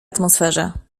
atmosferze